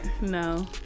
No